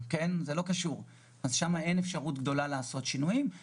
כך שאין אפשרות גדולה לעשות שינויים בתחום הזה.